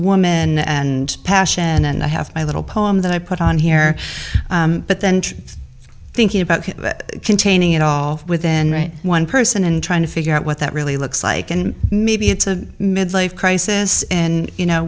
woman and passion and i have my little poem that i put on here but then thinking about containing it all within one person and trying to figure out what that really looks like and maybe it's a midlife crisis and you know